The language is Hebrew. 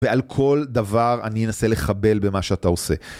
ועל כל דבר אני אנסה לחבל במה שאתה עושה.